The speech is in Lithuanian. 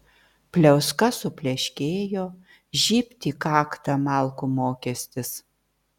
pliauska supleškėjo žybt į kaktą malkų mokestis